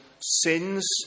sins